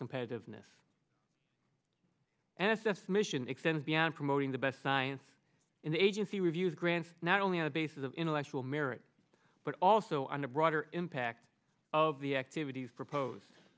competitiveness and assess mission extends beyond promoting the best science in the agency reviews grants not only on the basis of intellectual merit but also on the broader impact of the activities propose